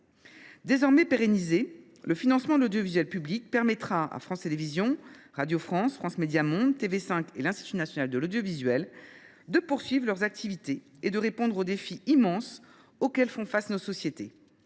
Désormais pérennisé, le financement de l’audiovisuel public permettra à France Télévisions, Radio France, France Médias Monde, TV5 Monde et l’Institut national de l’audiovisuel de poursuivre leurs activités et de répondre aux défis immenses auxquels font face nos sociétés,